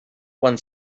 quan